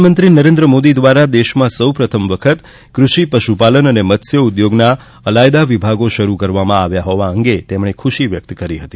પ્રધાનમંત્રી નરેન્દ્ર મોદી દ્વારા દેશમાં સૌ પ્રથમ વખત કૃષિ પશુપાલન અને મત્સ્ય ઉદ્યોગના અલાયદા વિભાગો શરુ કરવામાં આવ્યા હોવાનું જણાવી તે અંગે તેમણે ખુશી વ્યક્ત કરી હતી